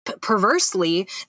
perversely